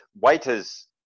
waiters